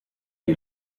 die